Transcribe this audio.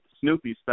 Snoopy